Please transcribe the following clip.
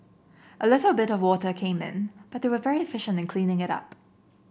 a little bit water came but were very efficient in cleaning it up